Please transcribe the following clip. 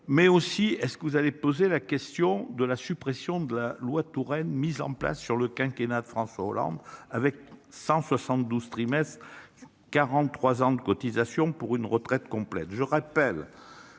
mais aussi est-ce que vous allez poser la question de la suppression de la loi Touraine mises en place sur le quinquennat de François Hollande avec 172 trimestres. 43 ans de cotisation pour une retraite complète.